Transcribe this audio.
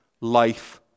life